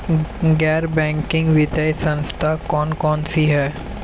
गैर बैंकिंग वित्तीय संस्था कौन कौन सी हैं?